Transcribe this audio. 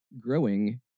growing